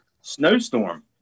snowstorm